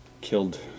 killed